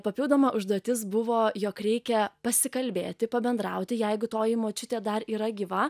papildoma užduotis buvo jog reikia pasikalbėti pabendrauti jeigu toji močiutė dar yra gyva